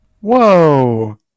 Whoa